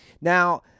Now